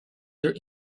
your